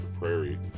prairie